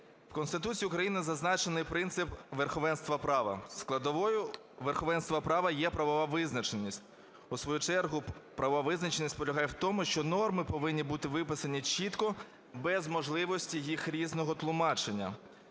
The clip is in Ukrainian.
В Конституції України зазначений принцип верховенства права, складовою верховенства права є правова визначеність. У свою чергу, правова визначеність полягає у тому, що норми повинні бути виписані чітко, без можливості їх різного тлумачення.